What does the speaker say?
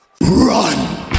run